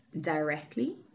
directly